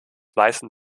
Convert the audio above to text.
weißen